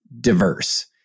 diverse